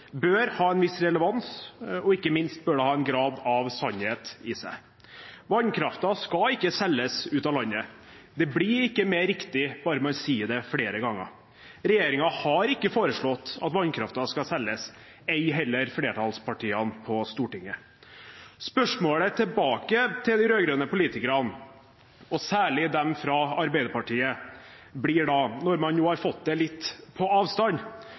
bør ha en viss relevans, og ikke minst bør det ha en grad av sannhet i seg. Vannkraften skal ikke selges ut av landet. Det blir ikke mer riktig ved at man sier det flere ganger. Regjeringen har ikke foreslått at vannkraften skal selges, og ei heller flertallspartiene på Stortinget. Spørsmålet tilbake til de rød-grønne politikerne, og særlig dem fra Arbeiderpartiet, blir da, når man nå har fått det litt på avstand: